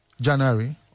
January